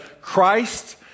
Christ